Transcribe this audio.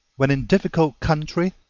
when in difficult country,